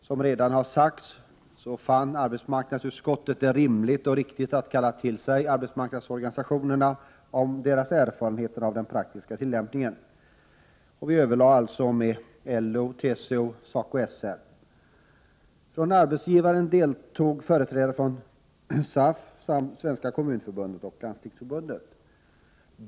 Som redan sagts fann arbetsmarknadsutskottet det rimligt och riktigt att kalla till sig arbetsmarknadsorganisationerna för att ta del av deras erfarenheter av den praktiska tillämpningen. Vi överlade alltså med LO, TCO och SACO/SR. Från arbetsgivaren deltog företrädare för SAF samt för Kommunförbundet och Landstingsförbundet.